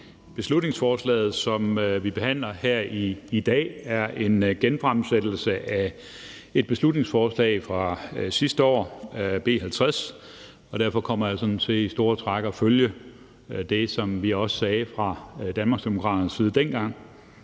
Beslutningsforslaget, som vi behandler her i dag, er en genfremsættelse af et beslutningsforslag fra sidste år, B 50, og derfor kommer jeg sådan til i store træk at følge det, som vi også sagde fra Danmarksdemokraternes side dengang.